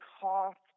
cost